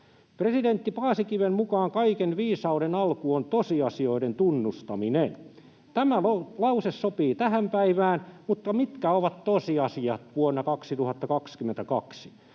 Presidentti Paasikiven mukaan kaiken viisauden alku on tosiasioiden tunnustaminen. Tämä lause sopii tähän päivään, mutta mitkä ovat tosiasiat vuonna 2022?